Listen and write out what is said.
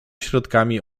środkami